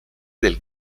del